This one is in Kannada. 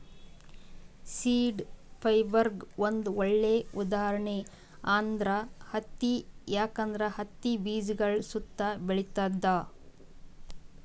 ಸೀಡ್ ಫೈಬರ್ಗ್ ಒಂದ್ ಒಳ್ಳೆ ಉದಾಹರಣೆ ಅಂದ್ರ ಹತ್ತಿ ಯಾಕಂದ್ರ ಹತ್ತಿ ಬೀಜಗಳ್ ಸುತ್ತಾ ಬೆಳಿತದ್